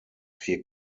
vier